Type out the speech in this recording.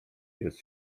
jest